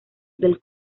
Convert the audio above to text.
del